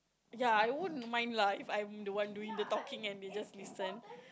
ya I wouldn't mind lah if I'm the one doing the talking and they just listen